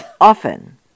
often